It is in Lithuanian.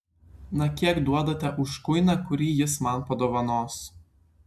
na kiek duodate už kuiną kurį jis man padovanos